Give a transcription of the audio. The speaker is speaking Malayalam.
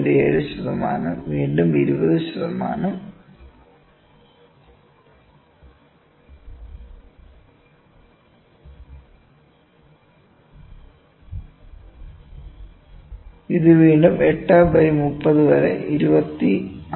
7 ശതമാനം ഇത് വീണ്ടും 20 ശതമാനം ഇത് വീണ്ടും 8 ബൈ 30 26